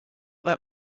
that